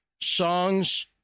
songs